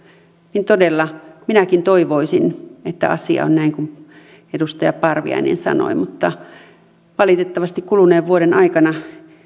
niin todella minäkin toivoisin että asia on näin kuin edustaja parviainen sanoi mutta valitettavasti kuluneen vuoden aikana